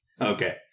Okay